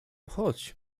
chodź